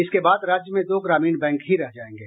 इसके बाद राज्य में दो ग्रामीण बैंक ही रह जायेंगे